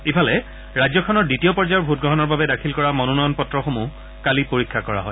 ইফালে ৰাজ্যখনৰ দ্বিতীয় পৰ্যায়ৰ ভোটগ্ৰহণৰ বাবে দাখিল কৰা মনোনয়ন পত্ৰসমূহ কালি পৰীক্ষা কৰা হয়